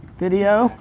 video.